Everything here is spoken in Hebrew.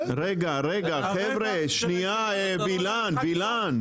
רגע, רגע, חבר'ה, שנייה, וילן.